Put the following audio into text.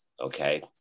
Okay